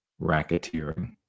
racketeering